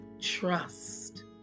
trust